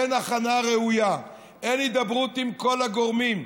אין הכנה ראויה, אין הידברות עם כל הגורמים.